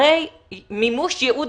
הרי מימוש יעוד,